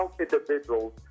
individuals